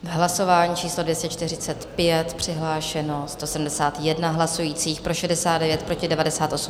Hlasování číslo 245, přihlášeno 171 hlasujících, pro 69, proti 98.